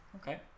Okay